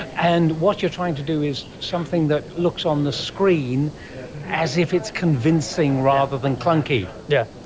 and what you are trying to do is something that looks on the screen as if it's convincing rather than clunky. yes,